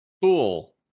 Cool